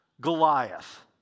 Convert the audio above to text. Goliath